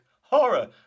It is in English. Horror